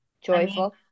joyful